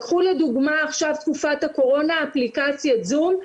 קחו לדוגמא עכשיו תקופת הקורונה, אפליקציית זום.